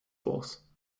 force